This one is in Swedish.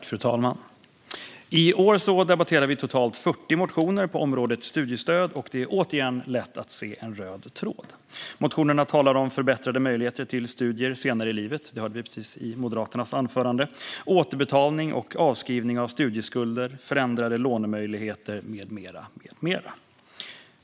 Fru talman! I år debatterar vi totalt 40 motioner på området studiestöd, och det är återigen lätt att se en röd tråd. Motionerna talar om förbättrade möjligheter till studier senare i livet, som vi precis hörde i Moderaternas anförande, återbetalning och avskrivning av studieskulder, förändrade lånemöjligheter med mera.